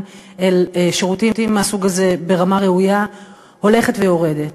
אל שירותים מהסוג הזה ברמה ראויה הולכת ויורדת.